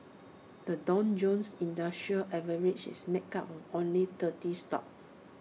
the Dow Jones industrial average is make up of only thirty stocks